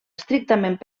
estrictament